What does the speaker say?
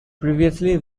previously